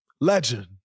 Legend